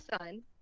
son